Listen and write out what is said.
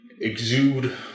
exude